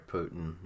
Putin